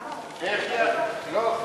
למה, יש לי, לא.